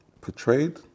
portrayed